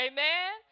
Amen